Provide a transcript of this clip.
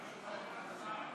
חמישה נמנעו,